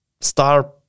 star